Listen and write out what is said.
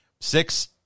six